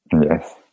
Yes